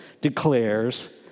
declares